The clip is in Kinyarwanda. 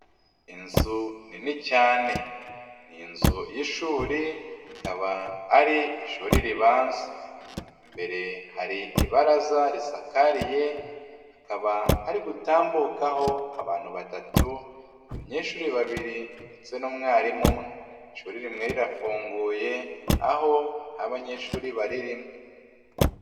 Inzu nini cyane. Ni inzu y'ishuri, ikaba ari ishuri ribanza. Imbere hari ibaraza risakariye hakaba hari gutambukaho abantu batatu, abanyeshuri babiri ndetse n'umwarimu umwe. Ishuri rimwe rirafunguye aho nta banyeshuri baririmo.